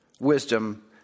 wisdom